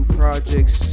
projects